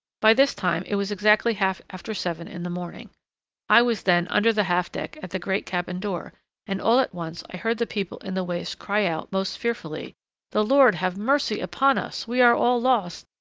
by this time it was exactly half after seven in the morning i was then under the half-deck at the great cabin door and all at once i heard the people in the waist cry out, most fearfully the lord have mercy upon us! we are all lost!